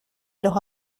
los